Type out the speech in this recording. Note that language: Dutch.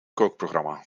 kookprogramma